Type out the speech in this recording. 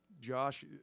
Josh